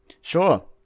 Sure